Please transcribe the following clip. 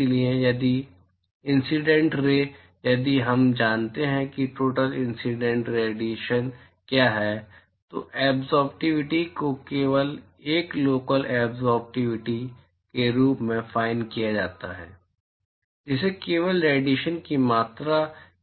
इसलिए यदि incident ray यदि हम जानते हैं कि टोटल इंसीडेंट रेडिएशन क्या हैं तो एब्ज़ोर्बटिविटी को केवल एक लोकल एब्ज़ोर्बटिविटी के रूप में फाइन किया जाता है जिसे केवल रेडिएशन की मात्रा